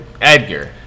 Edgar